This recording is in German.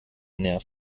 nerv